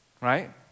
Right